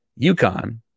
UConn